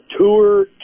tour